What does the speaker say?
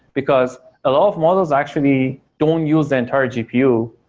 because a lot of models actually don't use the entire gpu.